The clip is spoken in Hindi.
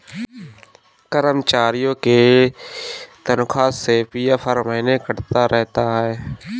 कर्मचारियों के तनख्वाह से पी.एफ हर महीने कटता रहता है